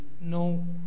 no